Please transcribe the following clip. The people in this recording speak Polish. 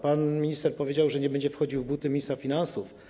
Pan minister powiedział, że nie będzie wchodził w buty ministra finansów.